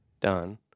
done